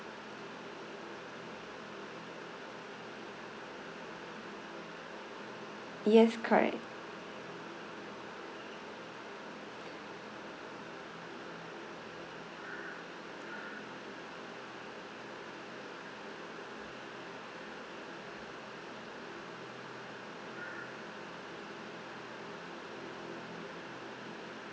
yes correct